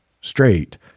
straight